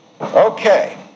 Okay